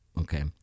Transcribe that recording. okay